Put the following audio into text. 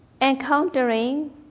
Encountering